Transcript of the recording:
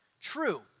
true